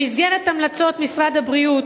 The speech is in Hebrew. במסגרת המלצות משרד הבריאות,